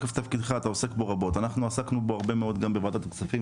הרבה עבודה,